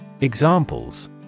Examples